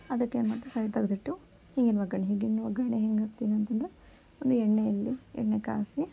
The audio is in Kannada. ಅದಕ್ಕೆ ಏನು ಮಾಡಿದೆ ಸೈಡ್ ತೆಗೆದಿಟ್ಟು ಹಿಂಗಿನ ಒಗ್ಗರ್ಣೆ ಹಿಂಗಿನ ಒಗ್ಗರ್ಣೆ ಹೆಂಗೆ ಹಾಕ್ತೀನಿ ಅಂತಂದರೆ ಒಂದು ಎಣ್ಣೆಯಲ್ಲಿ ಎಣ್ಣೆ ಕಾಯ್ಸಿ